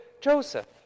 Joseph